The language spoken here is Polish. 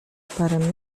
parę